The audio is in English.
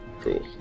cool